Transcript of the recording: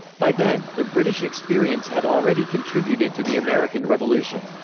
by then, the british experience had already contributed to the american revolution.